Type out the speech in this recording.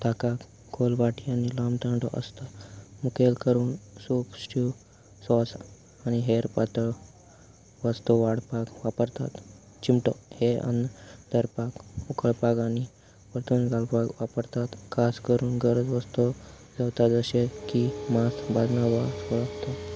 ताकाच खोल वाटी आनी लांब दांडो आसता मुखेल करून सूप शीव सॉस आनी हेर पातळ वस्त वाडपाक वापरतात चिमटो हेर अन्न धरपाक उकळपाक आनी परतून घालपाक वापरतात खास करून गरम वस्तू जावता जशें की मास बाजम वा वळता